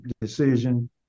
decision